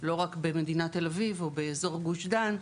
לא רק במדינת תל אביב או באזור גוש דן,